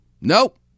nope